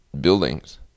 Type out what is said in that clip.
buildings